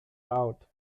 out